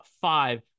five